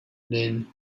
then